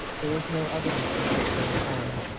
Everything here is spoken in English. there is no evidence of close range firing.